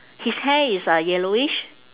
his hair is uh yellowish